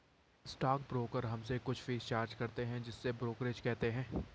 stock broker हमसे कुछ fees charge करते हैं जिसे ब्रोकरेज कहते हैं